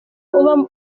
uba